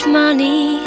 money